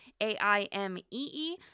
A-I-M-E-E